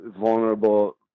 vulnerable